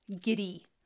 giddy